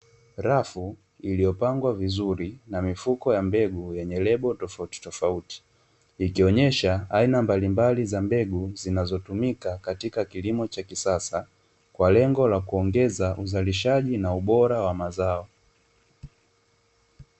Rafu iliyopangwa vizuri na mifuko ya mbegu yenye lebo tofauti tofauti, ikionyesha aina mbalimbali za mbegu zinazotumika katika kilimo cha kisasa, kwa lengo la kuongeza uzalishaji na ubora wa mazao.